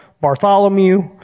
Bartholomew